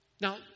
Now